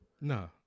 No